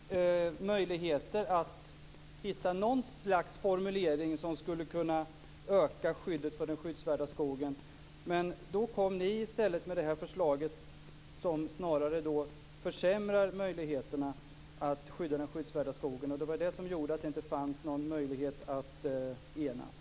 Fru talman! Vi sökte möjligheter för att hitta något slags formulering som skulle kunna öka skyddet för den skyddsvärda skogen, men då kom ni i stället med detta förslag som snarare försämrade möjligheterna att skydda denna skog. Det var det som gjorde att det inte fanns någon möjlighet att enas.